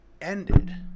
ended